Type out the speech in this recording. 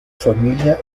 familia